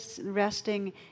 resting